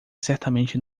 certamente